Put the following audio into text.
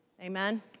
Amen